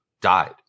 died